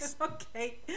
Okay